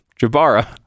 jabara